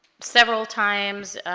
several times